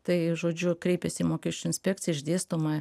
tai žodžiu kreipiasi į mokesčių inspekciją išdėstoma